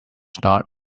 start